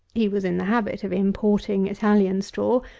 he was in the habit of importing italian straw,